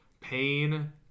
pain